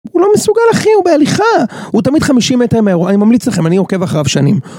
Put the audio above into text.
הוא לא מסוגל אחי, הוא בהליכה, הוא תמיד 50 מטר מהאירוע, אני ממליץ לכם, אני עוקב אחריו שנים.